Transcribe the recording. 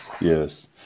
yes